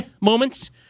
moments